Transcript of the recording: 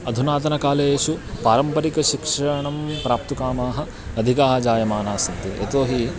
अधुनातनकालेषु पारम्परिकशिक्षणं प्राप्तुकामाः अधिकाः जायमाना सन्ति यतोहि